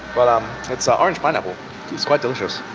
but um it's ah orange-pineapple, it's quite delicious,